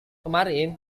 kemarin